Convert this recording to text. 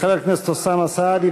חבר הכנסת אוסאמה סעדי,